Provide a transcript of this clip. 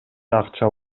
акча